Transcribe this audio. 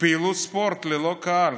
פעילות ספורט ללא קהל,